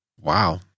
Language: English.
Wow